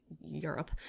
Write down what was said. Europe